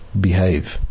behave